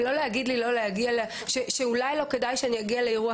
ולא להגיד לי שאולי לא כדאי שאגיע לאירוע